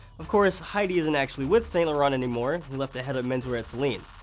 of course, hedi isn't actually with saint laurent anymore, he left to head up menswear at celine.